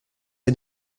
est